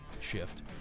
shift